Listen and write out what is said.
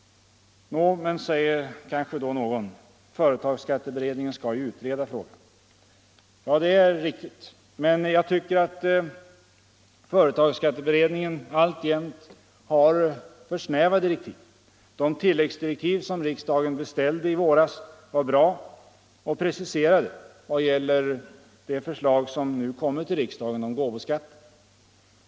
Nå men, säger kanske då någon, företagsskatteberedningen skall ju utreda frågan. Ja, det är riktigt, men jag tycker att företagsskatteberedningen alltjämt har för snäva direktiv. De tilläggsdirektiv som riksdagen beställde i våras var bra och preciserade vad gäller det förslag som nu 133 kommit till riksdagen om gåvoskatten.